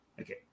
Okay